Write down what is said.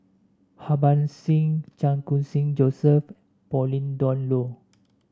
Harbans Singh Chan Khun Sing Joseph and Pauline Dawn Loh